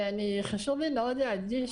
חשוב לי מאוד להדגיש